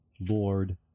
Lord